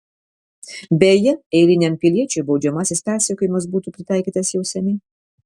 beje eiliniam piliečiui baudžiamasis persekiojimas būtų pritaikytas jau seniai